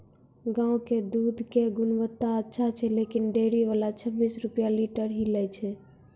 गांव के दूध के गुणवत्ता अच्छा छै लेकिन डेयरी वाला छब्बीस रुपिया लीटर ही लेय छै?